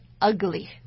ugly